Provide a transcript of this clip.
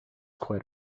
quite